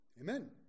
amen